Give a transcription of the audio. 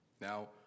Now